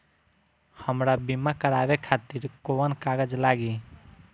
हमरा बीमा करावे खातिर कोवन कागज लागी?